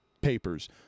papers